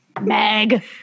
Meg